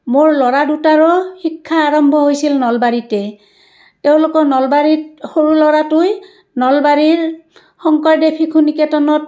মোৰ ল'ৰা দুটাৰো শিক্ষা আৰম্ভ হৈছিল নলবাৰীতে তেওঁলোকৰ নলবাৰীত সৰু ল'ৰাটোৱে নলবাৰীৰ শংকৰদেৱ শিশু নিকেতনত